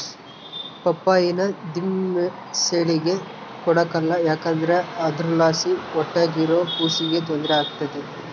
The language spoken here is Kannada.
ಪಪ್ಪಾಯಿನ ದಿಮೆಂಸೇಳಿಗೆ ಕೊಡಕಲ್ಲ ಯಾಕಂದ್ರ ಅದುರ್ಲಾಸಿ ಹೊಟ್ಯಾಗಿರೋ ಕೂಸಿಗೆ ತೊಂದ್ರೆ ಆಗ್ತತೆ